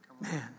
Man